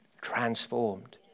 transformed